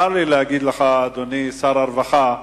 צר לי להגיד לך, אדוני שר הרווחה,